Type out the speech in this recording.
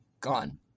Gone